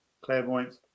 clairvoyance